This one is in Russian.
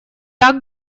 так